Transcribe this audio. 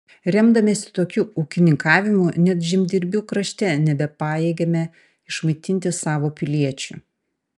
remdamiesi tokiu ūkininkavimu net žemdirbių krašte nebepajėgėme išmaitinti savo piliečių